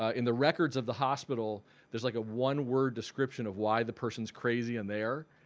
in the records of the hospital there's like a one-word description of why the person's crazy and there.